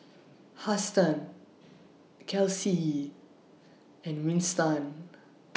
Huston Kelsea and Winston